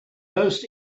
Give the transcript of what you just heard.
most